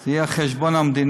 זה יהיה על חשבון המדינה.